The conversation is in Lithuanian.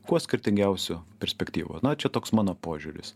kuo skirtingiausių perspektyvų na čia toks mano požiūris